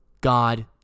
God